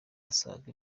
asanga